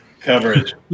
coverage